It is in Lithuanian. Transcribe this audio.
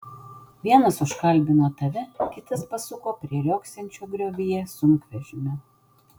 vienas užkalbino tave kitas pasuko prie riogsančio griovyje sunkvežimio